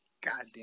goddamn